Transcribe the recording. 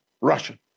Russian